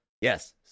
Yes